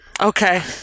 Okay